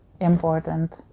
important